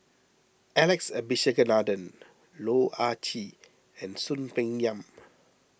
Alex Abisheganaden Loh Ah Chee and Soon Peng Yam